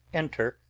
enter,